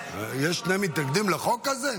יש שני מתנגדים לחוק הזה?